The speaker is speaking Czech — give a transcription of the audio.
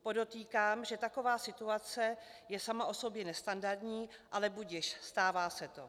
Podotýkám, že taková situace je sama o sobě nestandardní, ale budiž, stává se to.